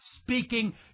speaking